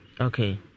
Okay